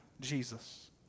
Jesus